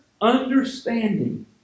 understanding